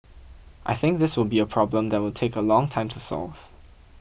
I think this will be a problem that will take a long time to solve